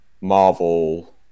Marvel